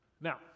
Now